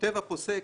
כותב הפוסק